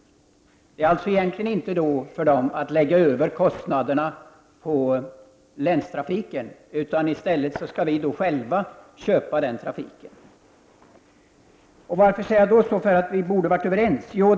Det är alltså inte meningen att kostnaderna skall läggas över på länstrafiken, utan i stället skall staten gå in och bidra. Man kan fråga sig varför jag sade att vi borde ha varit överens.